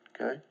okay